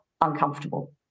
uncomfortable